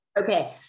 Okay